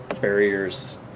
barriers